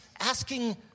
asking